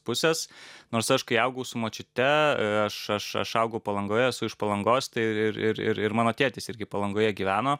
pusės nors aš kai augau su močiute aš aš aš augau palangoje esu iš palangos tai ir ir ir mano tėtis irgi palangoje gyveno